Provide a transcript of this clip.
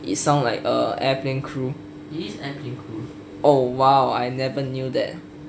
it sounds like a airplane crew oh !wow! I never knew that